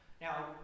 Now